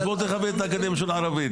אז בוא תכבד את האקדמיה ללשון ערבית.